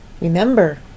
remember